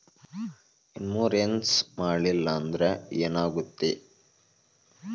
Insurance ಮಾಡಲಿಲ್ಲ ಅಂದ್ರೆ ಏನಾಗುತ್ತದೆ?